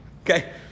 Okay